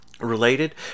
related